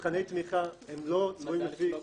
מבחני תמיכה לא צבועים לפי סוג